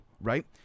right